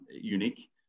unique